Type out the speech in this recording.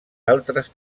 altres